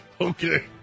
Okay